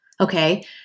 Okay